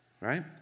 right